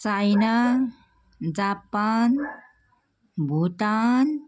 China Japan Bhutan